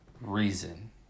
reason